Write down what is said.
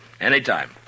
Anytime